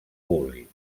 públic